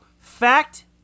Fact